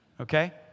okay